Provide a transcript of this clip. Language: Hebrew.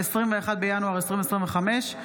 21 בינואר 2025,